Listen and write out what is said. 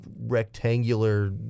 rectangular